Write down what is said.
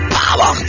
power